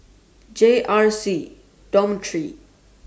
J R C Dormitory